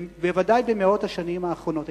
בוודאי במאות השנים האחרונות.